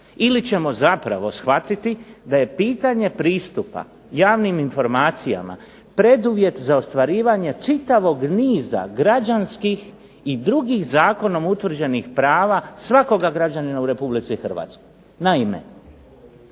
ili ćemo zapravo shvatiti da je pitanje pristupa javnim informacijama preduvjet za ostvarivanje čitavog niza građanskih i drugih zakonom utvrđenih prava svakoga građanina u Republici Hrvatskoj. Naime